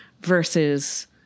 versus